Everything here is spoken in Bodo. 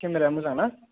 केमेराया मोजां ना